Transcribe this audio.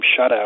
shutout